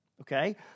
Okay